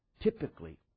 typically